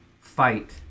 fight